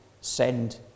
send